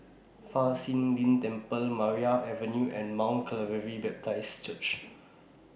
Fa Shi Lin Temple Maria Avenue and Mount Calvary Baptist Church